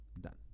Done